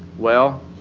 well,